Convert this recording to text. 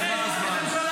נגמר הזמן.